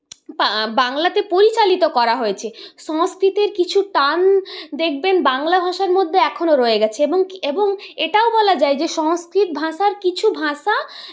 বা বাংলাতে পরিচালিত করা হয়েছে সংস্কৃতের কিছু টান দেখবেন বাংলা ভাষার মধ্যে এখনও রয়ে গেছে এবং কি এবং এটাও বলা যায় যে সংস্কৃত ভাষার কিছু ভষা